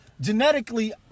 genetically